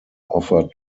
offered